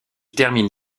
termine